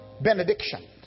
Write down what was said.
benediction